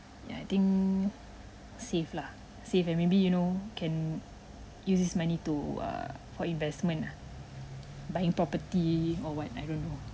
ya I think save lah save and maybe you know can use this money to err for investment ah buying property or what I don't know